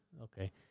okay